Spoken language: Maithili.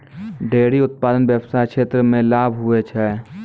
डेयरी उप्तादन व्याबसाय क्षेत्र मे लाभ हुवै छै